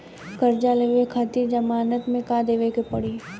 कर्जा लेवे खातिर जमानत मे का देवे के पड़ी?